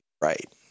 right